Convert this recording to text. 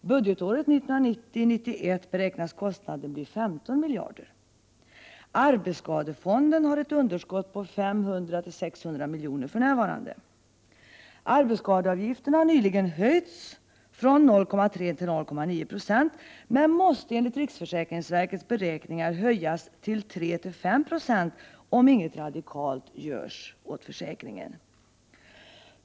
Budgetåret 1990/91 beräknas kostnaden bli 15 miljarder. Arbetsskadefonden har för närvarande ett underskott på 500-600 milj.kr. Arbetsskadeavgiften har nyligen höjts från 0,3 till 0,9 96 men måste enligt riksförsäkringsverkets beräkningar höjas till mellan 3 och 5 96, om inget radikalt görs åt försäkringen.